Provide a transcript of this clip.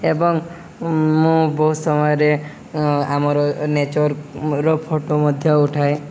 ଏବଂ ମୁଁ ବହୁତ ସମୟରେ ଆମର ନେଚର୍ର ଫଟୋ ମଧ୍ୟ ଉଠାଏ